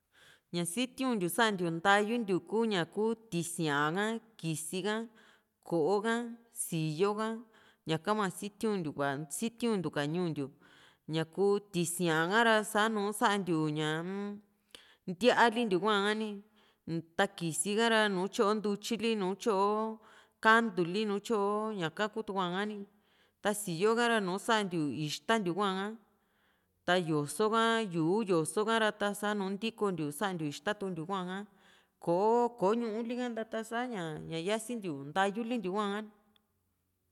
ña sitiuntiu santiou ntayuntiu kuña kuu tisíaa ha kisi ka ko´o ka síyoo ka ñaka hua sitiuntiu ka sitiuntiu ka ñuu ntiu ñaku tisíaa ka´ra sa´nu santiu ñaa-m ntíaa lintiu hua ni ta kisi ka´ra nùù tyoo ntutyili nùù tyoo kantuli nu tyoo ñaka ku tukuá ha´ni ta síyoo ka ra nùù santiu ixta ntiu hua´a ta yoso ka yu´u yoso ka ra nùù ntikontiu santiu ixta tukuntiu hu´a ko ko´o ñuuli ha nta sa´ña ña yasintiu ntayulintiu hua